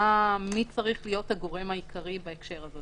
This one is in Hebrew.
מי צריך להיות הגורם העיקרי בהקשר הזה.